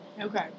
Okay